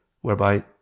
whereby